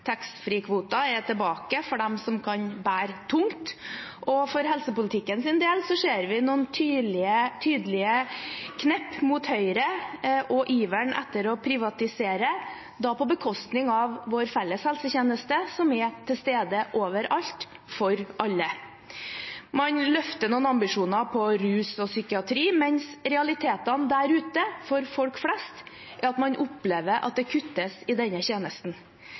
Taxfree-kvoten er tilbake for dem som kan bære tungt, og for helsepolitikkens del ser vi noen tydelige knepp mot høyre og iveren etter å privatisere, da på bekostning av vår felles helsetjeneste, som er til stede overalt for alle. Man løfter noen ambisjoner på rus og psykiatri, mens realiteten der ute for folk flest er at man opplever at det kuttes i denne tjenesten.